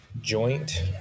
Joint